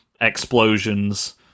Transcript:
explosions